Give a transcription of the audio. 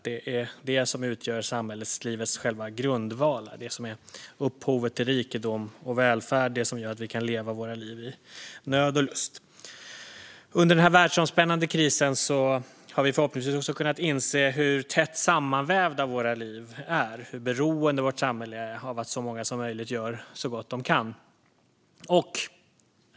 Det är det som utgör samhällslivets själva grundval, det som är upphov till rikedom och välfärd och det som gör att vi kan leva våra liv i nöd och lust. Under den världsomspännande krisen har vi förhoppningsvis också kunnat inse hur tätt sammanvävda våra liv är och hur beroende vårt samhälle är av att så många som möjligt gör så gott de kan.